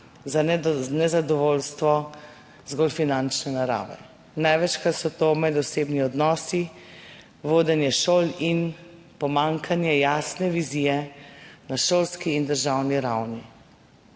za nezadovoljstvo zgolj finančne narave, največkrat so to medosebni odnosi, vodenje šol in pomanjkanje jasne vizije na šolski in državni ravni.